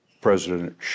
President